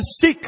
seek